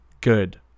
good